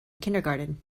kindergarten